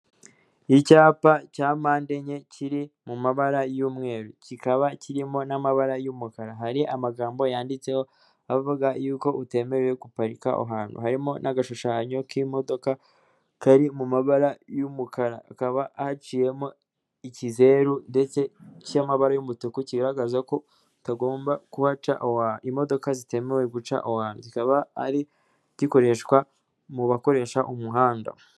Icyapa cya mpande enye kiri mu mabara y'umweru kikaba kirimo n'amabara y'umukara, hari amagambo yanditseho avuga y'uko utemerewe guparika aho hantu harimo n'agashushanyo k'imodoka kari mu mabara y'umukara, hakaba haciyemo ikizeru ndetse cy'amabara y'umutuku kigaragazako utagomba kuhaca aho hantu imodoka zitemewe guca aho hantu, kikaba ari gikoreshwa mu bakoresha umuhanda.